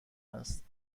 است